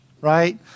right